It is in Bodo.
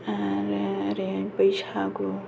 आरो ओरै बैसागु